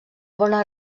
bona